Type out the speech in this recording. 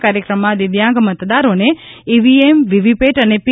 આ કાર્યક્રમમાં દિવ્યાંગ મતદારોને ઇવીએમ વીવીપેટ અને પી